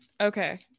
okay